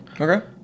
Okay